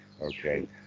okay